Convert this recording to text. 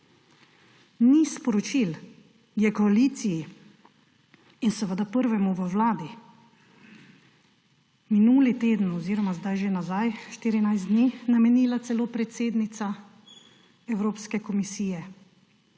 Ni sporočil – je koaliciji in seveda prvemu v vladi minuli teden oziroma že nazaj 14 dni namenila celo predsednica Evropske komisije.